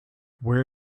where